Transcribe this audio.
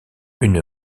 une